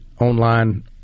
online